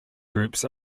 groups